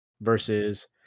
versus